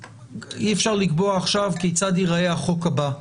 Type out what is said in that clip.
אפשר לקבוע עכשיו כיצד ייראה החוק הבא,